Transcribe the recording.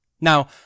Now